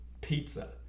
pizza